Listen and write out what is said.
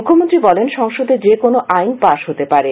মুখ্যমন্ত্রী বলেন সংসদে যেকোন আইন পাশ হতে পারে